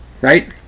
Right